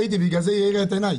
בגלל זה היא האירה את עיניי,